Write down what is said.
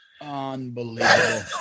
unbelievable